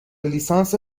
لیسانس